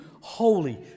holy